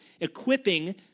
equipping